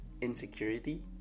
insecurity